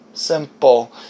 Simple